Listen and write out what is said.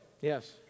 Yes